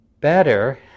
better